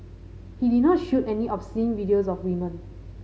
he did not shoot any obscene videos of woman